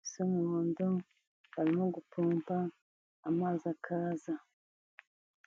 bisa umuhondo barimo gupompa amazi akaza.